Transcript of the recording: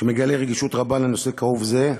שמגלה רגישות רבה לנושא כאוב זה.